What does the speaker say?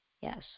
Yes